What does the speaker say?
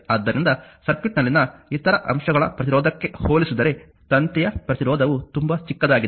ಆದ್ದರಿಂದ ಸರ್ಕ್ಯೂಟ್ನಲ್ಲಿನ ಇತರ ಅಂಶಗಳ ಪ್ರತಿರೋಧಕ್ಕೆ ಹೋಲಿಸಿದರೆ ತಂತಿಯ ಪ್ರತಿರೋಧವು ತುಂಬಾ ಚಿಕ್ಕದಾಗಿದೆ